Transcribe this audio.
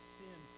sin